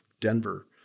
Denver